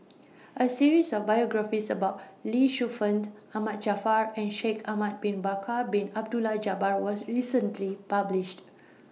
A series of biographies about Lee Shu Fen Ahmad Jaafar and Shaikh Ahmad Bin Bakar Bin Abdullah Jabbar was recently published